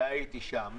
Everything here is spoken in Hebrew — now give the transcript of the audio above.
והייתי שם,